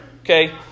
Okay